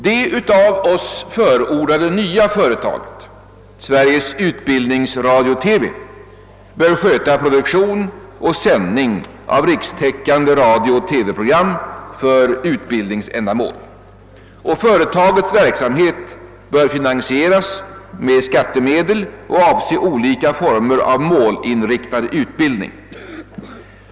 Det av oss förordade nya företaget, Sveriges Utbildningsradio-TV, bör sköta produktion och sändning av rikstäckande radiooch TV-program för utbildningsändamål, och företagens verksamhet bör finansieras med skattemedel och avse olika former av målinriktad utbildning.